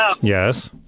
Yes